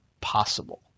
possible